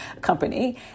company